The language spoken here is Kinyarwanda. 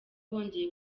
bongeye